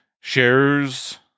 shares